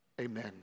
Amen